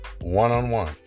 one-on-one